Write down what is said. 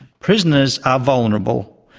prisoners are vulnerable,